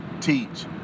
teach